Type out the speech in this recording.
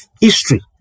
history